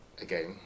again